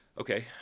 Okay